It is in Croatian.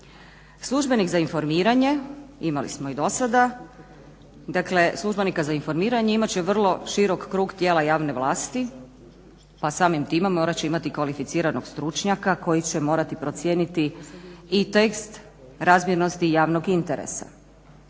Službenik za informiranje, imali smo i dosada, dakle službenika za informiranje imat će vrlo širok krug tijela javne vlasti, pa samim time morat će imati kvalificiranog stručnjaka koji će morati procijeniti i tekst razmjernosti javnog interesa.